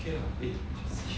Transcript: okay ah eh